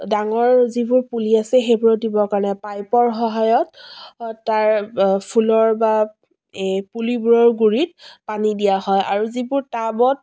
ডাঙৰ যিবোৰ পুলি আছে সেইবোৰত দিবৰ কাৰণে পাইপৰ সহায়ত তাৰ ফুলৰ বা এই পুলিবোৰৰ গুৰিত পানী দিয়া হয় আৰু যিবোৰ টাবত